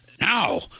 Now